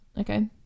Okay